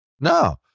No